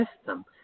system